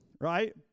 right